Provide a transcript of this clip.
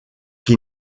qui